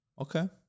Okay